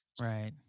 Right